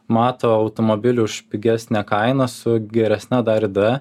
mato automobilį už pigesnę kainą su geresne rida